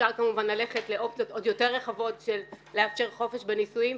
אפשר כמובן ללכת לאופציות עוד יותר רחבות של לאפשר חופש בנישואים.